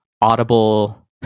audible